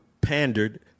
pandered